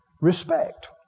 respect